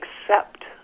accept